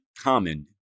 common